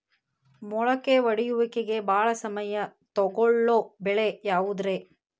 ಮೊಳಕೆ ಒಡೆಯುವಿಕೆಗೆ ಭಾಳ ಸಮಯ ತೊಗೊಳ್ಳೋ ಬೆಳೆ ಯಾವುದ್ರೇ?